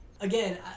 again